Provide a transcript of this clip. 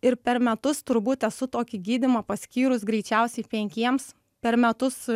ir per metus turbūt esu tokį gydymą paskyrus greičiausiai penkiems per metus